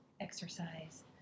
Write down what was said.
exercise